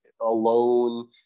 alone